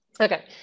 Okay